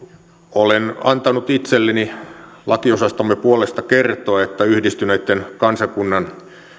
olen antanut itselleni lakiosastomme puolesta kertoa että yhdistyneitten kansakuntien